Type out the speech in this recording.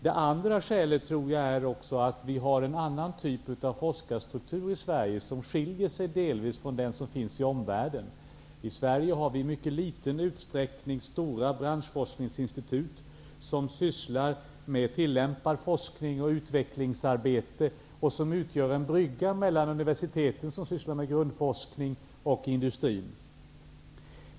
Det andra skälet är, tror jag, att vi har en forskningsstruktur i Sverige som delvis skiljer sig från den som finns i omvärlden. I Sverige har vi i mycket liten utsträckning stora branschforskningsinstitut som sysslar med tillämpad forskning och utvecklingsarbete och som utgör en brygga mellan universiteten, som sysslar med grundforskning, och industrin.